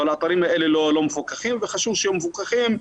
אבל האתרים האלה לא מפוקחים וחשוב שיהיו מפוקחים.